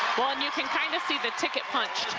well, and you can kind of seethe ticket punch.